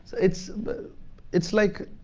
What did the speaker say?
it's but it's like,